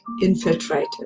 infiltrated